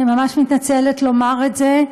אני ממש מתנצלת לומר את זה,